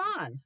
on